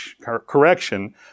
correction